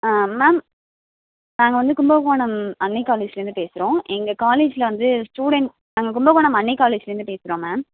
ma'am நாங்கள் வந்து கும்பகோணம் அன்னை காலேஜ்லேருந்து பேசுகிறோம் எங்கள் காலேஜில் வந்து ஸ்டுடெண்ட் நாங்கள் கும்பகோணம் அன்னை காலேஜ்லேருந்து பேசுகிறோம் மேம்